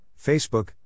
Facebook